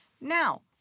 Now